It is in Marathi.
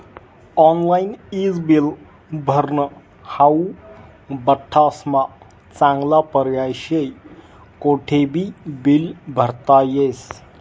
ऑनलाईन ईज बिल भरनं हाऊ बठ्ठास्मा चांगला पर्याय शे, कोठेबी बील भरता येस